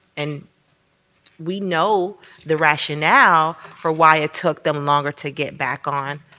and we know the rationale for why it took them longer to get back on.